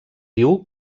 diu